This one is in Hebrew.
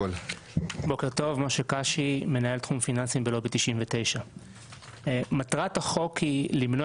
מנהל תחום פיננסים בלובי 99. מטרת החוק היא למנוע